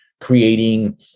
creating